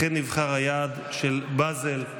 לכן נבחר היעד של בזל.